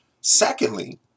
Secondly